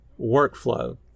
workflow